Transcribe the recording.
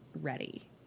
ready